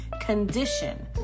condition